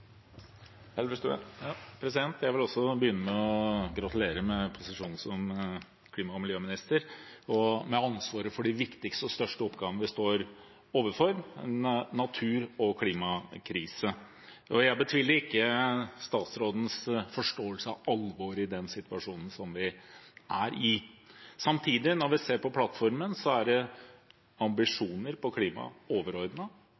Jeg vil også begynne med å gratulere med posisjonen som klima- og miljøminister, med ansvaret for den viktigste og største oppgaven vi står overfor: en natur- og klimakrise. Jeg betviler ikke statsrådens forståelse av alvoret i den situasjonen som vi er i, men når vi leser plattformen, er det